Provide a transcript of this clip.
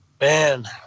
Man